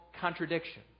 contradiction